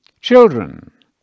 Children